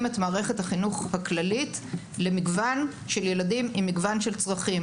את מערכת החינוך הכללית למגוון של ילדים עם מגוון של צרכים,